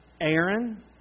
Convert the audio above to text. Aaron